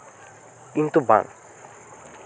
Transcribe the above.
ᱠᱤᱱᱛᱩ ᱵᱟᱝ